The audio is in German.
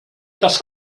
das